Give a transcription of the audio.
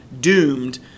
doomed